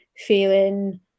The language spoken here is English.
feeling